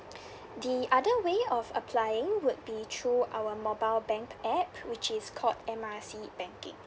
the other way of applying would be through our mobile bank app which is called M R C banking